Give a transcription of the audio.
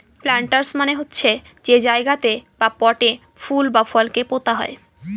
planters মানে হচ্ছে যে জায়গাতে বা পটে ফুল বা ফলকে পোতা হয়